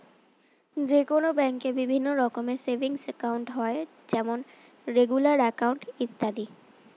যে কোনো ব্যাঙ্কে বিভিন্ন রকমের সেভিংস একাউন্ট হয় যেমন রেগুলার অ্যাকাউন্ট, ইত্যাদি